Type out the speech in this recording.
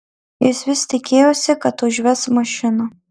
jis vis tikėjosi kad užves mašiną